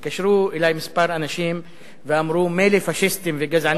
התקשרו אלי כמה אנשים ואמרו: מילא פאשיסטים וגזענים,